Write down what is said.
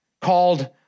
called